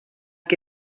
que